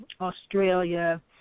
Australia